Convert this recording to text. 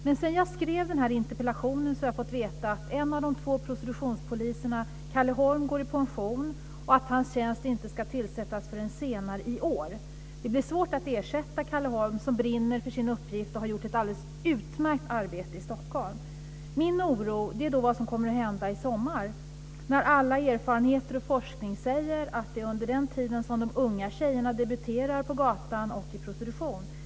Men sedan jag väckte interpellationen har jag fått veta att en av de två prostitutionspoliserna, Kalle Holm, går i pension och att hans tjänst inte ska tillsättas förrän senare i år. Det blir svårt att ersätta Kalle Holm, som brinner för sin uppgift och har gjort ett alldeles utmärkt arbete i Stockholm. Min oro gäller vad som kommer att hända i sommar. All erfarenhet och forskning säger att det är under den tiden som de unga tjejerna debuterar i prostitution på gatan.